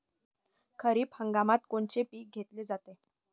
खरिप हंगामात कोनचे पिकं घेतले जाते?